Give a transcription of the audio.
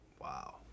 Wow